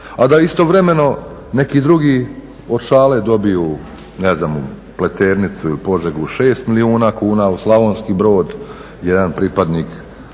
a da istovremeno neki drugi od šale dobiju ne znam u Pleternicu ili Požegu 6 milijuna kuna, u Slavonski Brod jedan pripadnik